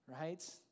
right